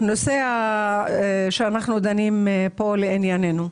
הנושא שאנחנו דנים פה לעניינו.